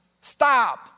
Stop